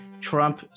Trump